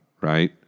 right